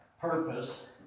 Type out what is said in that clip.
purpose